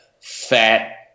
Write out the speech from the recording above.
fat